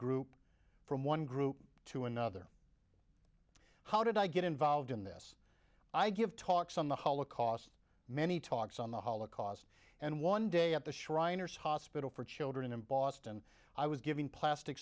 group from one group to another how did i get involved in this i give talks on the holocaust many talks on the holocaust and one day at the shriners hospital for children in boston i was given plastic